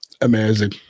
amazing